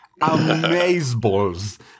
amazeballs